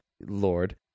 lord